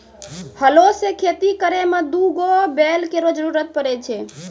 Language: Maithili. हलो सें खेती करै में दू गो बैल केरो जरूरत पड़ै छै